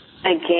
Again